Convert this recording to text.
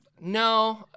no